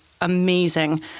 amazing